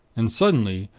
and suddenly,